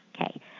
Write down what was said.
Okay